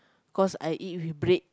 cause I eat with bread